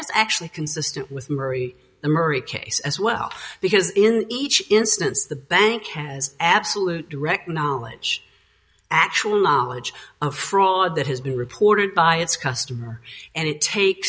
is actually consistent with marie murray case as well because in each instance the bank has absolute direct knowledge actual knowledge of fraud that has been reported by its customer and it takes